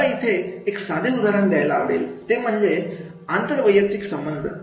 मला इथे एक साधे उदाहरण द्यायला आवडेल ते म्हणजे अंतर वैयक्तिक संबंध